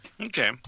Okay